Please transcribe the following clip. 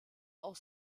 aus